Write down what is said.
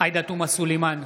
עאידה תומא סלימאן,